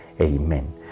Amen